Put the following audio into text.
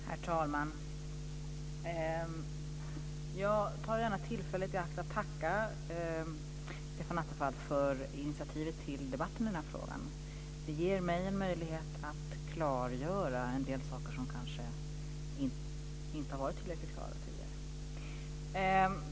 Herr talman! Jag tar gärna tillfället i akt att tacka Stefan Attefall för initiativet till debatten i den här frågan. Det ger mig en möjlighet att klargöra en del saker som kanske inte har varit tillräckligt klara tidigare.